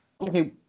Okay